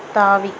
தாவி